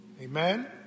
Amen